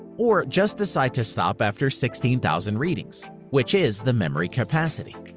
or just decide to stop after sixteen thousand readings, which is the memory capacity.